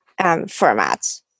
formats